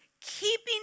keeping